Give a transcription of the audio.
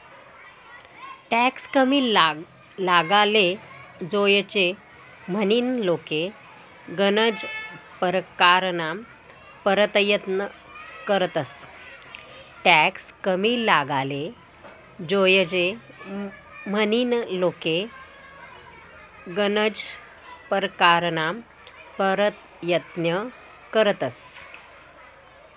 tax कमी लागाले जोयजे म्हनीन लोके गनज परकारना परयत्न करतंस